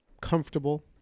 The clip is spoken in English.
comfortable